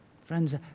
Friends